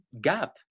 gap